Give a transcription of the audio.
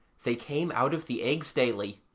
they came out of the eggs daily,